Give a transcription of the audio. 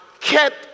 kept